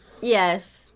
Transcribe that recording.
Yes